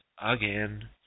again